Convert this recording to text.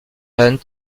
hunt